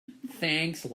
thanks